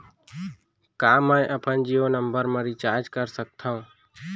का मैं अपन जीयो नंबर म रिचार्ज कर सकथव?